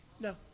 No